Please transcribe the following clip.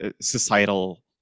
societal